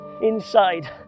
inside